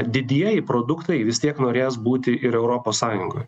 didieji produktai vis tiek norės būti ir europos sąjungoj